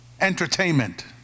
entertainment